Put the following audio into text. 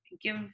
give